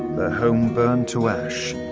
home burned to ash.